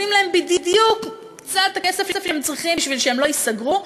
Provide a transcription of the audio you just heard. נותנים להן בדיוק את קצת הכסף שהן צריכות בשביל שלא ייסגרו,